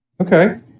Okay